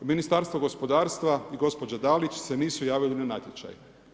Ministarstvo gospodarstva i gospođa Dalić se nisu javili na natječaj.